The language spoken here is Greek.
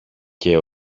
και